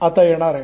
आता येणार आहे